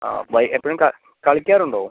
ആ ബൈ എപ്പോഴും കളിക്കാറുണ്ടോ